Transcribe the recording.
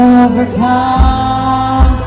overcome